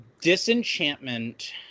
Disenchantment